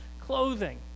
clothing